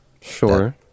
Sure